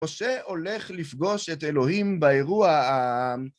משה הולך לפגוש את אלוהים באירוע ה...